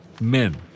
men